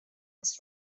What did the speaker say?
was